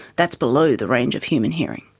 that's below the range of human hearing.